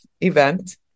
event